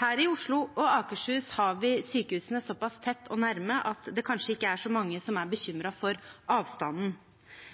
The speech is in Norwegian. Her i Oslo og Akershus har vi sykehusene såpass tett og såpass nærme at det kanskje ikke er så mange som er bekymret for avstanden,